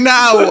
now